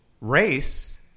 race